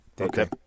Okay